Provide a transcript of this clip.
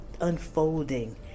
unfolding